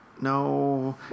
No